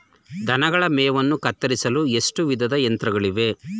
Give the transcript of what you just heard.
ದನಗಳ ಮೇವನ್ನು ಕತ್ತರಿಸಲು ಎಷ್ಟು ವಿಧದ ಯಂತ್ರಗಳಿವೆ?